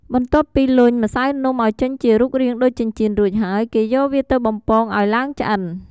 បន្ទាប់ពីលុញ ម្សៅនំឱ្យចេញជារូបរាងដូចចិញ្ចៀនរួចហើយ គេយកវាទៅបំពងឱ្យឡើងឆ្អិន។